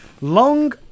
Long